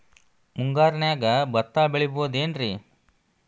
ಮುಂಗಾರಿನ್ಯಾಗ ಭತ್ತ ಬೆಳಿಬೊದೇನ್ರೇ?